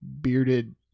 bearded